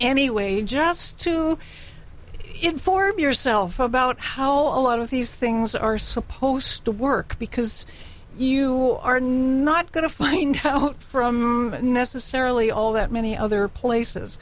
anyway just to inform yourself about how a lot of these things are supposed to work because you are not going to find from necessarily all that many other places